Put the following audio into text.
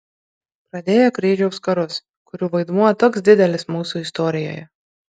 pradėjo kryžiaus karus kurių vaidmuo toks didelis mūsų istorijoje